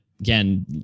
again